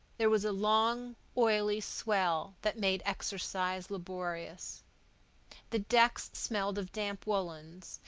there was a long, oily swell that made exercise laborious the decks smelled of damp woolens,